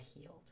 healed